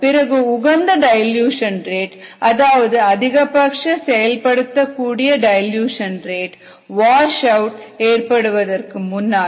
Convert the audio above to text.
பிறகு உகந்த dilution rate அதாவது அதிகபட்ச செயல்படுத்தக்கூடிய டைல்யூஷன் ரேட் வாஷ் அவுட் ஏற்படுவதற்கு முன்னால்